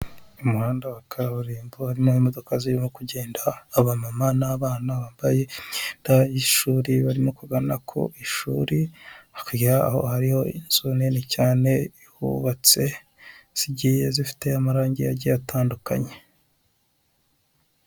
Umuhanda wa kaburimbo harimo imodoka zirimo kugenda, abamama n'abana bambaye imyenda y'ishuri barimo kugana ku ishuri, hakurya yaho hariho inzu nini cyane hubatse, zigiye zifite amarangi agiye atandukanye.